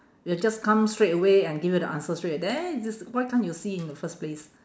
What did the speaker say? it'll just come straight away and give you the answers straight away there this why can't you see in the first place